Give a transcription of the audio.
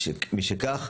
משכך,